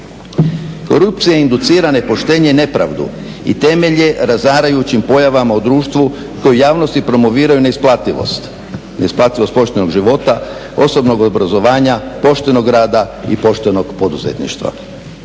Korupcija inducira nepoštenje i nepravdu i temelj je razarajućim pojavama u društvu koje u javnosti promoviraju neisplativost, neisplativost poštenog života, osobnog obrazovanja, poštenog rada i poštenog poduzetništva.